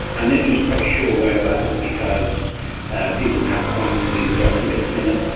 and nobody was quite sure whether that was because people who have chronic disease are often a bit thinner,